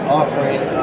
offering